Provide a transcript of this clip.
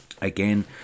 Again